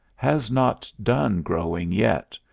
has not done growing yet,